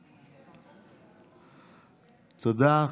תודה.